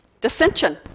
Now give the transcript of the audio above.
dissension